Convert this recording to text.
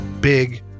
Big